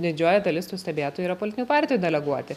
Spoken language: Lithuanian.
didžioji dalis tų stebėtojų yra politinių partijų deleguoti